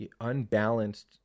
unbalanced